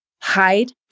hide